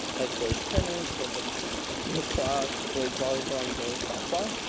like boys tennis, girls lacrosse boys volleyball, and girls softball.